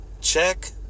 check